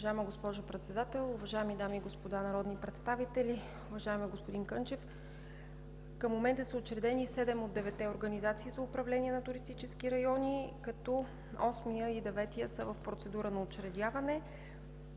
Уважаема госпожо Председател, уважаеми дами и господа народни представители! Уважаеми господин Кърчев, към момента са учредени седем от деветте организации за управление на туристически райони, като осмият и деветият са в процедура на учредяване.